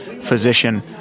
physician